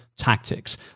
tactics